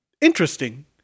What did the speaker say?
interesting